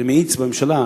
אני מאיץ בממשלה,